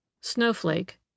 Snowflake